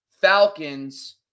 Falcons